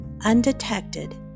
undetected